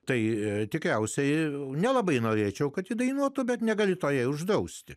tai tikriausiai nelabai norėčiau kad įdainuotų bet negaliu to jai uždrausti